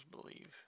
believe